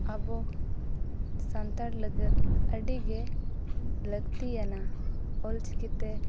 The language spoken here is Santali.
ᱟᱵᱚ ᱥᱟᱱᱛᱟᱲ ᱞᱟᱹᱜᱤᱫ ᱟᱹᱰᱤᱜᱮ ᱞᱟᱹᱠᱛᱤᱭᱟᱱᱟ ᱚᱞᱪᱤᱠᱤᱛᱮ